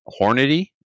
Hornady